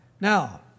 Now